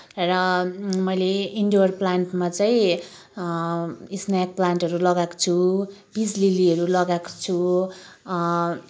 र मैले इन्डुवर प्लान्टमा चाहिँ स्नेक प्लान्टहरू लगाएको छु पिस लिल्लीहरू लगाएको छु